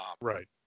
Right